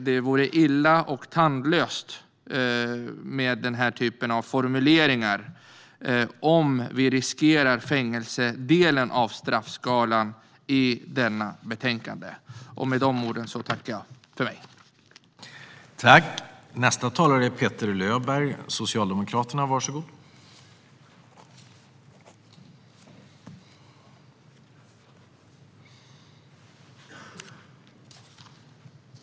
Det vore illa och tandlöst med den typen av formuleringar om vi riskerar fängelsedelen av straffskalan med detta förslag. Med de orden tackar jag för mig.